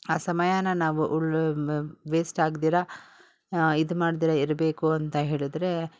ಆ ಸಮಯಾನ ನಾವು ಉಳಿ ವೇಸ್ಟಾಗ್ದಿರ ಇದು ಮಾಡಿದ್ರೆ ಇರಬೇಕು ಅಂತ ಹೇಳಿದರೆ